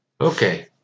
okay